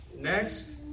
Next